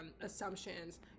assumptions